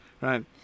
right